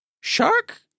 shark